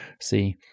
See